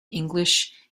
english